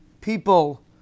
people